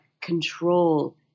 control